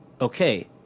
Okay